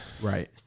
Right